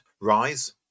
Rise